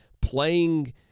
playing